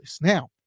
Now